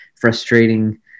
frustrating